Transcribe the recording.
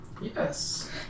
Yes